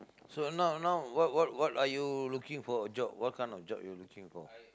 so now now what what what are you looking for a job what kind of job are you looking for